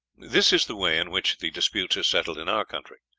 this is the way in which the disputes are settled in our country.